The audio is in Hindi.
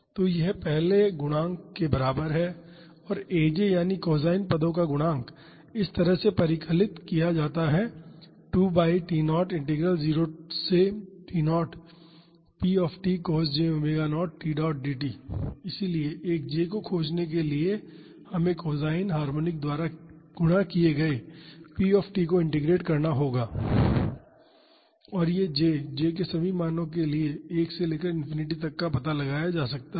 तो यह पहले गुणांक के बराबर है और aj यानी कोसाइन पदों का गुणांक इस तरह से परिकलित किया जाता है 2 बाई T0 इंटीग्रल 0 से T0 p cos j⍵0 t dt इसलिए एक j को खोजने के लिए हमें कोसाइन हार्मोनिक द्वारा गुणा किए गए p को इंटीग्रेट करना होगा और यह j j के सभी मानों के लिए एक से लेकर इनफिनिटी तक का पता लगाया जा सकता है